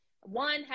one